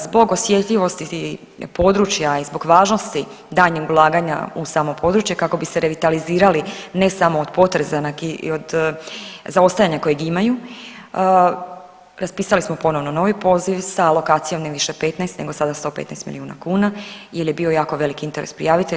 Zbog osjetljivosti područja i zbog važnosti daljnjeg ulaganja u samo područje kako bi se revitalizirali ne samo od potresa i od zaostajanja kojeg imaju raspisali smo ponovno novi poziv sa alokacijom ne više 15 nego sada 115 milijuna kuna jer je bio jako veliki interes prijavitelja.